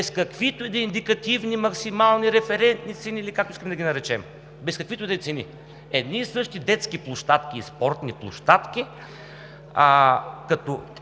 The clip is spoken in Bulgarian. без каквито и да е индикативни, максимални, референтни цени, или както искаме да ги наречем. Без каквито и да е цени! Едни и същи детски площадки и спортни площадки като